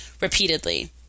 repeatedly